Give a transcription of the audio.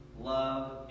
love